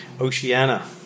Oceana